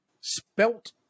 spelt